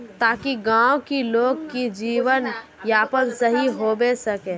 ताकि गाँव की लोग के जीवन यापन सही होबे सके?